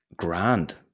grand